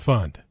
Fund